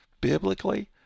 biblically